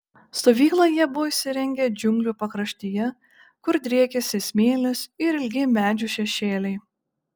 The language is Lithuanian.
stovyklą jie buvo įsirengę džiunglių pakraštyje kur driekėsi smėlis ir ilgi medžių šešėliai